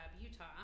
Utah